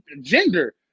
gender